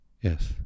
yes